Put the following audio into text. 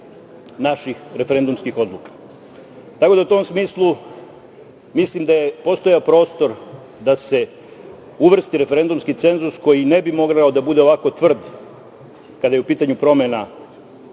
naših referendumskih odluka, tako da, u tom smislu, mislim da je postojao prostor da se uvrsti referendumski cenzus koji ne bi mogao da bude ovako tvrd kada je u pitanju promena